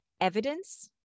evidence